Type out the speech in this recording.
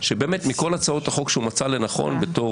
שמכל הצעות החוק שהוא מצא לנכון בתור